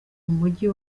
mujyi